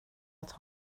att